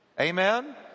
Amen